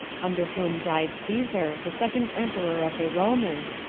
under whom died caesar, the second emperor of the romans,